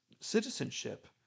citizenship